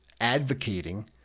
advocating